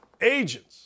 agents